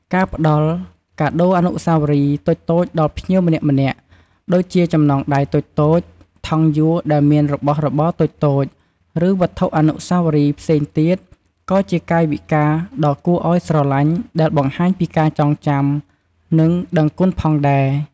ការផ្តល់ កាដូអនុស្សាវរីយ៍ តូចៗដល់ភ្ញៀវម្នាក់ៗ ដូចជាចំណងដៃតូចៗ ថង់យួរដែលមានរបស់របរតូចៗ ឬវត្ថុអនុស្សាវរីយ៍ផ្សេងទៀត ក៏ជាកាយវិការដ៏គួរឲ្យស្រលាញ់ដែលបង្ហាញពីការចងចាំ និងដឹងគុណផងដែរ។